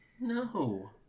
No